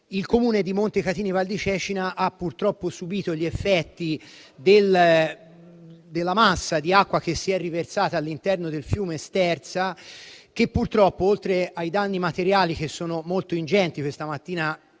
il Comune di Montecatini Val di Cecina ha purtroppo subito gli effetti di quella massa di acqua che si è riversata all'interno del fiume Sterza. Purtroppo, oltre ai danni materiali che sono molto ingenti, questa mattina